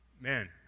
man